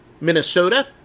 Minnesota